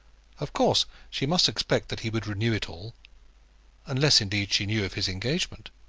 of course she must expect that he would renew it all unless, indeed, she knew of his engagement.